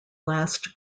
last